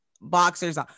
boxers